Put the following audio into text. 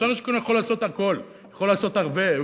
שר השיכון יכול לעשות הכול, הוא יכול לעשות הרבה.